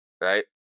right